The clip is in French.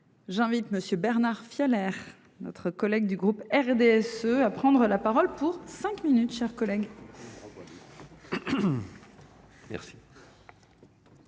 J'invite Monsieur Bernard Fiolet. Notre collègue du groupe RDSE à prendre la parole pour cinq minutes, chers collègues.